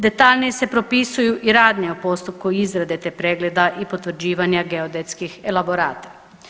Detaljnije se propisuju i rad na postupku izrade te pregleda i potvrđivanja geodetskih elaborata.